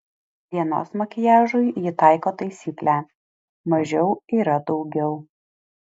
dienos makiažui ji taiko taisyklę mažiau yra daugiau